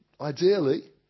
ideally